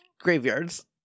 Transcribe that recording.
graveyards